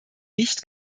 nicht